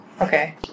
Okay